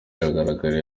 yagaragaye